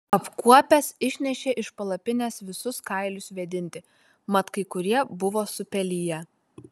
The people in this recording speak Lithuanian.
apkuopęs išnešė iš palapinės visus kailius vėdinti mat kai kurie buvo supeliję